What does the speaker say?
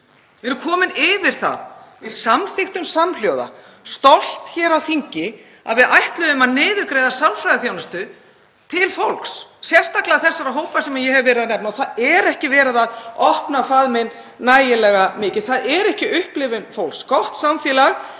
Við erum komin yfir það. Við samþykktum samhljóða, stolt hér á þingi, að við ætluðum að niðurgreiða sálfræðiþjónustu til fólks, sérstaklega þessara hópa sem ég hef verið að nefna. Það er ekki verið að opna faðminn nægilega mikið. Það er ekki upplifun fólks. Gott samfélag